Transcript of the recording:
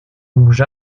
mouch